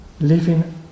living